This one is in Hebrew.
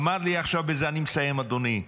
אמר לי עכשיו, ובזה אני מסיים, אדוני,